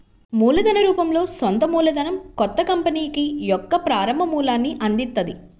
మూలధన రూపంలో సొంత మూలధనం కొత్త కంపెనీకి యొక్క ప్రారంభ మూలాన్ని అందిత్తది